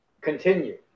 continue